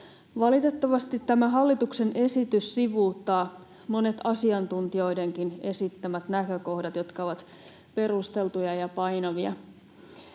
Valitettavasti tämä hallituksen esitys sivuuttaa monet asiantuntijoidenkin esittämät näkökohdat, jotka ovat perusteltuja ja painavia.